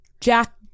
Jack